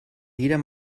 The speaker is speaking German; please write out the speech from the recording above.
jeder